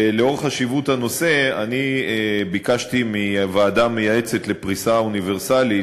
ולאור חשיבות הנושא אני ביקשתי מהוועדה המייעצת לפריסה אוניברסלית,